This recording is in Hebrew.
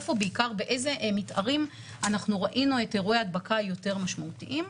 באיזה מתארים ראינו את אירועי ההדבקה היותר-משמעותיים.